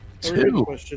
two